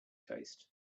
taste